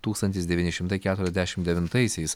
tūkstantis devyni šimtai keturiasdešimt devintaisiais